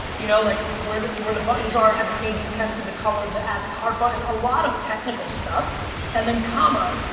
you know like where where the buttons are, have they ab tested the color of the ad to cart button, a lot of technical stuff and then comma,